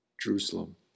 Jerusalem